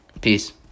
Peace